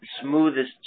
smoothest